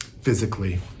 physically